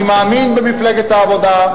אני מאמין במפלגת העבודה,